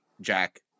Jack